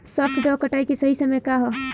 सॉफ्ट डॉ कटाई के सही समय का ह?